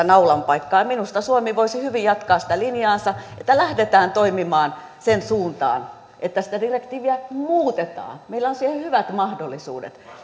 naulan paikkaa minusta suomi voisi hyvin jatkaa sitä linjaansa että lähdetään toimimaan siihen suuntaan että sitä direktiiviä muutetaan meillä on siihen hyvät mahdollisuudet